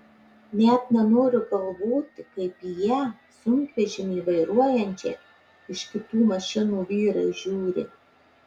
net nenoriu galvoti kaip į ją sunkvežimį vairuojančią iš kitų mašinų vyrai žiūri